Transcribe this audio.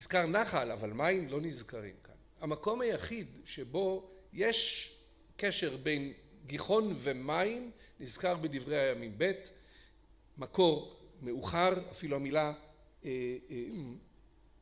נזכר נחל אבל מים לא נזכרים. המקום היחיד שבו יש קשר בין גיחון ומים נזכר בדברי הימים ב' מקור מאוחר אפילו המילה אה...